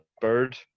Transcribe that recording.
bird